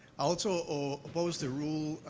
also, ah, oppose the rule,